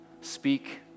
speak